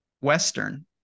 Western